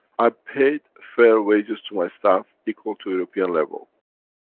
i paid fair wages to my staff equal to european level.